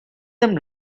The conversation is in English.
them